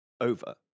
over